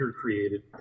created